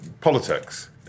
Politics